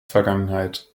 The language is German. vergangenheit